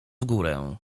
górę